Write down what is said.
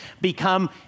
become